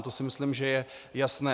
To si myslím, že je jasné.